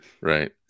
Right